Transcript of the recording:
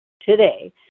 today